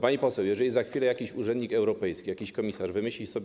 Pani poseł, jeżeli za chwilę jakiś urzędnik europejski, jakiś komisarz wymyśli sobie.